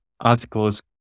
articles